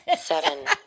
Seven